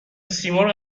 سیمرغ